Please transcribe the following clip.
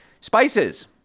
Spices